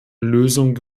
lösung